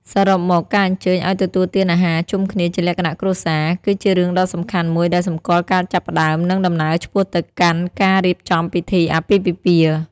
សរុបមក ការអញ្ជើញឲ្យទទួលទានអាហារជុំគ្នាជាលក្ខណៈគ្រួសារ គឺជារឿងដ៏សំខាន់មួយដែលសម្គាល់ការចាប់ផ្តើម និងដំណើរឆ្ពោះទៅកាន់ការរៀបចំពីធីអាពាហ៍ពិពាហ៍។